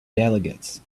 delegates